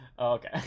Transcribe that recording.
okay